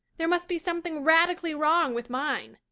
there must be something radically wrong with mine.